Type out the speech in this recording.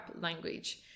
language